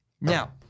Now—